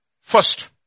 First